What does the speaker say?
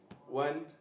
one